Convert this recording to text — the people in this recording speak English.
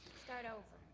start over.